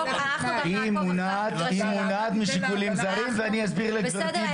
היא מונעת משיקולים זרים ואני אסביר לגברתי בארבע עיניים -- בסדר,